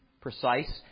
precise